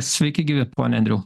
sveiki gyvi pone andriau